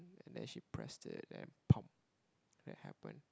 and then she pressed it and that happen